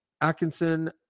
atkinson